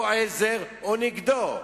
או עזר או נגדו.